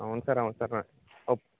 అవును సార్ అవును సార్